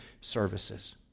services